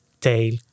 tail